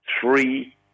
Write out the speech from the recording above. three